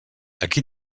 aquí